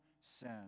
sin